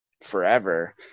forever